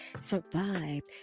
survived